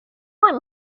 one